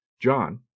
John